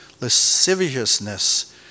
Lasciviousness